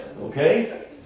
Okay